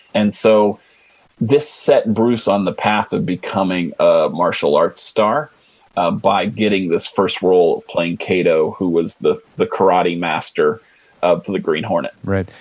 and so this set bruce on the path to becoming a martial arts star by getting this first role playing kato who was the the karate master of the green hornet right.